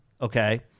Okay